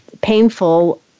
painful